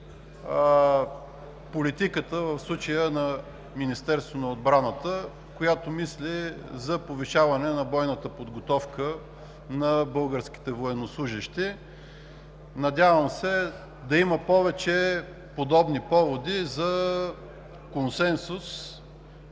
политиката, в случая на Министерството на отбраната, която мисли за повишаване на бойната подготовка на българските военнослужещи. Надявам се да има повече подобни поводи за консенсус